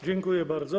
Dziękuję bardzo.